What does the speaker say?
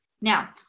Now